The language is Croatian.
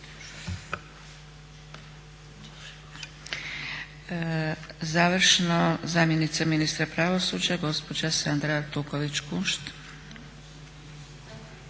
Završno zamjenica ministra pravosuđa gospođa Sandra Artuković Kunšt.